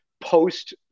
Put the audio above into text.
post